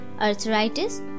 arthritis